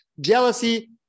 jealousy